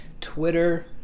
twitter